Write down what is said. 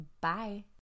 bye